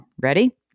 ready